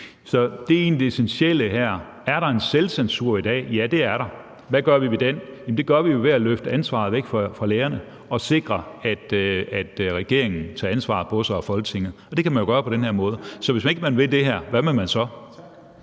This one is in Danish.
Så det er egentlig det essentielle her: Er der en selvcensur i dag? Ja, det er der. Hvad gør vi ved den? Vi kan jo løfte ansvaret væk fra lærerne og sikre, at regeringen og Folketinget tager ansvaret på sig, og det kan man jo gøre på den her måde. Så hvis man ikke vil det her, hvad vil man så?